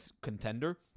contender